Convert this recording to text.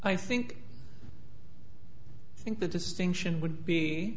i think i think the distinction would